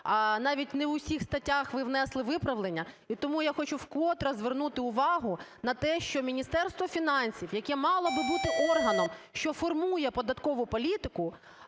навіть не в усіх статтях ви внесли виправлення. І тому я хочу вкотре звернути увагу на те, що Міністерство фінансів, яке мало би бути органом, що формує податкову політику,